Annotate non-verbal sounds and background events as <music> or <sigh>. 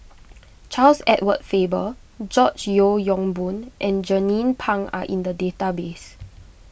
<noise> Charles Edward Faber George Yeo Yong Boon and Jernnine Pang are in the database